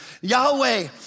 Yahweh